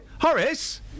Horace